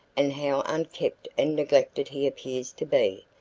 and how unkempt and neglected he appears to be.